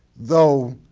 though